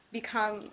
become